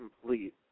complete